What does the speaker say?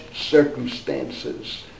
circumstances